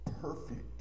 perfect